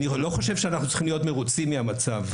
אני לא חושב שאנחנו צריכים להיות מרוצים מהמצב.